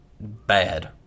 Bad